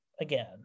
again